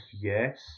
yes